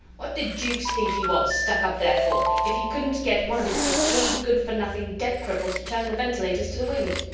what did jukes think he was stuck up there for, if he couldnt get one of his decayed, good-for-nothing deck-cripples to turn the ventilators to the wind?